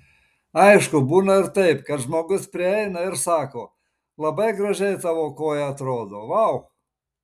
aišku būna ir taip kad žmogus prieina ir sako labai gražiai tavo koja atrodo vau